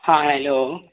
हँ हेलो